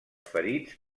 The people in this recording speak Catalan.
ferits